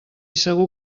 segur